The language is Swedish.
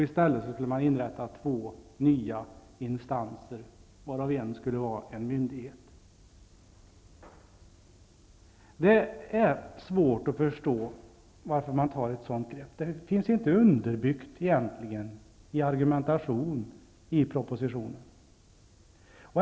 I stället skulle man inrätta två nya instanser, varav en skulle vara en myndighet. Det är svårt att förstå varför man tar ett sådant grepp. Det finns egentligen inte underbyggt i argumentationen i propositionen.